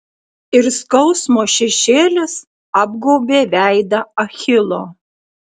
ir skausmo šešėlis apgaubė veidą achilo